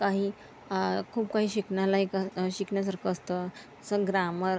काही खूप काही शिकण्यालायक शिकण्यासारखं असतं असं ग्रामर